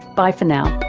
bye for now